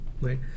right